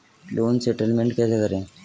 Loan settlement कैसे करें?